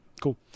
cool